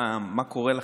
מה קורה לכם?